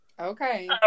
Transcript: Okay